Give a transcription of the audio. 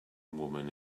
woman